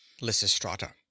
Lysistrata